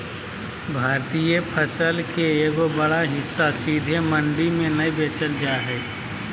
भारतीय फसल के एगो बड़ा हिस्सा सीधे मंडी में नय बेचल जा हय